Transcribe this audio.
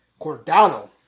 Cordano